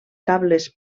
cables